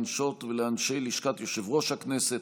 לנשות ולאנשי לשכת יושב-ראש הכנסת,